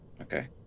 Okay